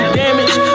damage